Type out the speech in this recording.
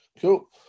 cool